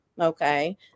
okay